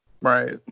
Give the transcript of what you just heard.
Right